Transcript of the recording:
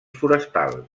forestal